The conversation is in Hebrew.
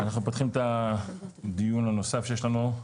אנחנו פותחים את הדיון הנוסף שיש לנו.